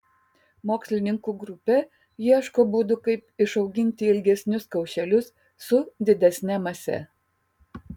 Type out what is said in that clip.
mokslininkų grupė ieško būdų kaip išauginti ilgesnius kaušelius su didesne mase